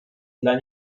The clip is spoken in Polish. dla